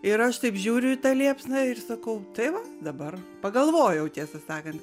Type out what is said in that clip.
ir aš taip žiūriu į tą liepsną ir sakau tai va dabar pagalvojau tiesą sakant